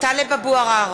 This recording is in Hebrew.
טלב אבו עראר,